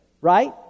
right